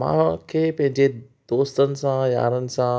मूंखे पंहिंजे दोस्तनि सा यारनि सां